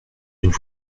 d’une